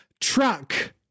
Truck